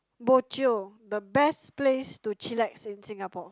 bo jio the best place to chillax in Singapore